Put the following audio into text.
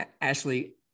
Ashley